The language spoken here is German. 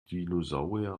dinosaurier